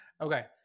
Okay